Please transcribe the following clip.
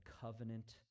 covenant